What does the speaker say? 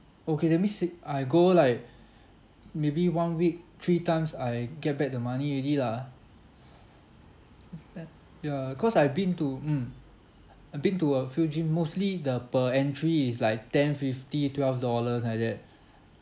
okay that means if I go like maybe one week three times I get back the money already lah ah uh e~ ya cause I've been to mm I've been to a few gym mostly the per entry is like ten fifty twelve dollars like that